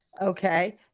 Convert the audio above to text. Okay